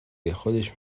گه، خودش